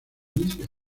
inicio